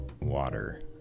water